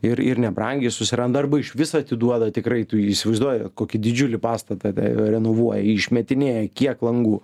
ir ir nebrangiai susiranda arba išvis atiduoda tikrai tu įsivaizduoji kokį didžiulį pastatą renovuoja išmetinėja kiek langų